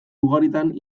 ugaritan